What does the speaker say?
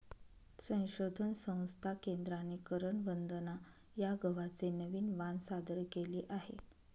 संशोधन संस्था केंद्राने करण वंदना या गव्हाचे नवीन वाण सादर केले आहे